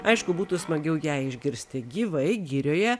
aišku būtų smagiau ją išgirsti gyvai girioje